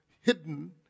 hidden